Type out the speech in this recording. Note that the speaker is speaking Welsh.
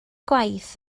gwaith